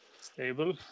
Stable